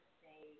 say